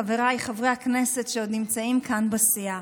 חבריי חברי הכנסת שעוד נמצאים כאן בסיעה,